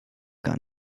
gar